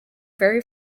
vary